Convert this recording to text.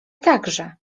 także